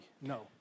no